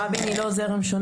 רבין היא לא זרם שונה.